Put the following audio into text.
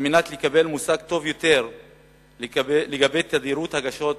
כדי לקבל מושג טוב יותר על תדירות הגשת